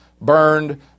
burned